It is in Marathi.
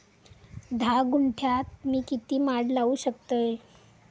धा गुंठयात मी किती माड लावू शकतय?